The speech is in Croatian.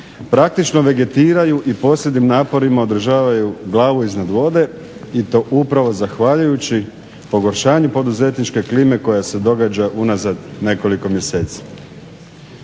praktično vegetiraju i posljednjim naporima održavaju glavu iznad vode i to upravo zahvaljujući pogoršanju poduzetničke klime koja se događa unazad nekoliko mjeseci.